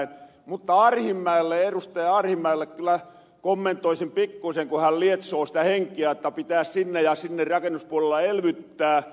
mutta erustaja arhinmäelle kyllä kommentoisin pikkuisen kun hän lietsoo sitä henkeä että pitääs sinne ja sinne rakennuspuolella elvyttää